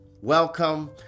welcome